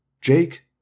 Jake